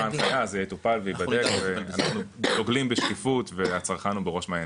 זה יטופל ואנחנו דוגלים בשקיפות והצרכן הוא בראש מעייננו,